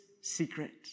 secret